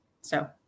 So-